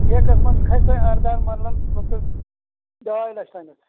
ٹھیکَس منٛز کھَسہِ تۄہہِ اَرداہَن مَرلَن ڈاے لَچھ تامَتھ